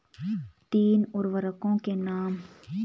तीन उर्वरकों के नाम?